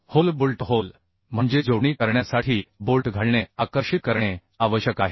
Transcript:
hole bolt hole म्हणजे जोडणी करण्यासाठी बोल्ट घालणे आकर्षित करणे आवश्यक आहे